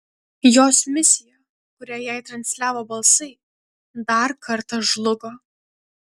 jos misija kurią jai transliavo balsai dar kartą žlugo